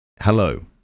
Hello